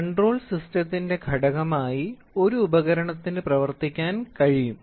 control സിസ്റ്റത്തിന്റെ ഘടകമായി ഒരു ഉപകരണത്തിന് പ്രവർത്തിക്കാൻ കഴിയും